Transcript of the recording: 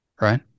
right